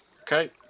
Okay